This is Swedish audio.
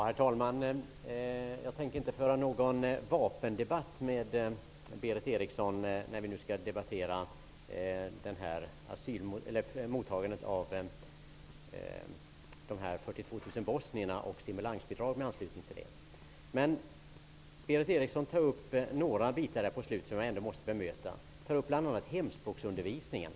Herr talman! Jag tänker inte föra någon vapendebatt med Berith Eriksson, samtidigt som vi skall debattera mottagandet av de 42 000 bosnierna och stimulansbidragen i anslutning till det. Men Berith Eriksson tar upp något i slutet av sitt anförande som jag ändå vill bemöta, bl.a. hemspråksundervisningen.